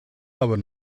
aber